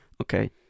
Okay